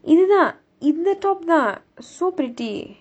இது தான் இந்த:ithu thaan intha top தான்:thaan so pretty